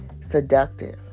seductive